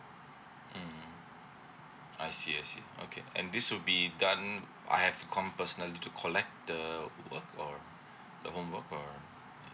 mmhmm I see I see okay and this will be done I have to come personally to collect the work or the homework or